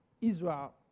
Israel